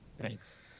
Thanks